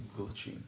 glitching